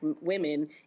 women